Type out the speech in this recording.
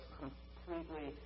completely